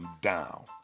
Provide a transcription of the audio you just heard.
down